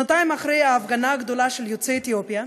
שנתיים אחרי ההפגנה הגדולה של יוצאי אתיופיה,